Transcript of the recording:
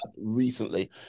recently